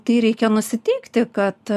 tai reikia nusiteikti kad